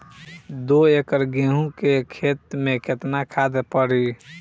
दो एकड़ गेहूँ के खेत मे केतना खाद पड़ी?